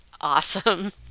awesome